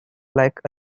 like